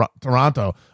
Toronto